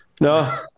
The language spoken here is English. no